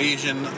Asian